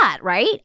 right